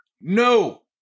No